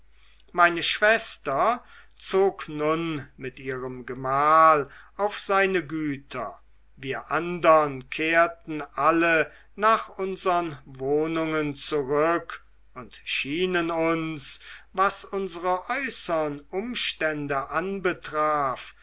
meine schwester zog nun mit ihrem gemahl auf seine güter wir andern kehrten alle nach unsern wohnungen zurück und schienen uns was unsere äußern umstände anbetraf